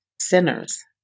sinners